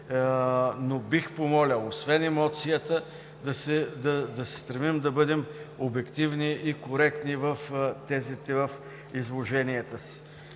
но бих помолил, освен емоцията, да се стремим да бъдем обективни и коректни в тезите в изложенията си.